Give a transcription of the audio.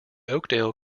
oakdale